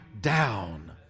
down